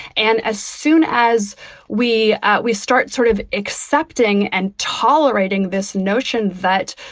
and as soon as we we start sort of accepting and tolerating this notion that